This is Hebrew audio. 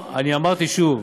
היום, אני אמרתי שוב.